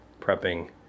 prepping